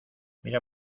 mira